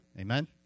Amen